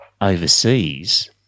overseas